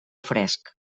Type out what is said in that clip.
fresc